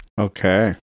okay